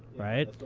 right?